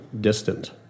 distant